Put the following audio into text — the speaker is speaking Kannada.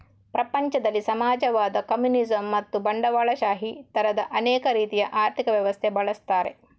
ಪ್ರಪಂಚದಲ್ಲಿ ಸಮಾಜವಾದ, ಕಮ್ಯುನಿಸಂ ಮತ್ತು ಬಂಡವಾಳಶಾಹಿ ತರದ ಅನೇಕ ರೀತಿಯ ಆರ್ಥಿಕ ವ್ಯವಸ್ಥೆ ಬಳಸ್ತಾರೆ